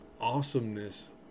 awesomeness